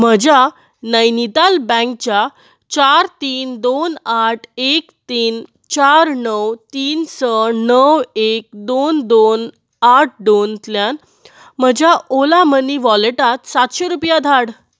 म्हज्या नैनीताल बँकच्या चार तीन दोन आठ एक तीन चार णव तीन स णव एक दोन दोन आठ दोनांतल्यान म्हज्या ओला मनी वॉलेटांत सांतशे रुपया धाड